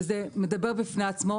וזה מדבר בפני עצמו.